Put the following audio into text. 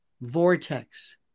vortex